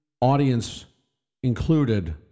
audience-included